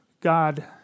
God